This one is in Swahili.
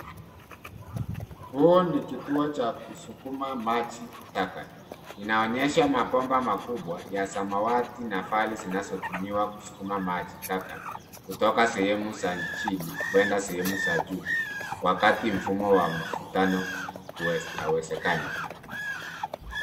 Huu ni kituo cha kusukuma maji taka . Inaonyesha mabomba makubwa ya samawati na vali zinazotumiwa kusukuma maji taka kutoka sehemu za chini kuenda sehemu za juu wakati mfumo wa mvutano hauwezekani.